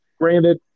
Granted